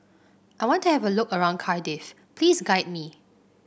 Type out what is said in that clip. I want to have a look around Cardiff please guide me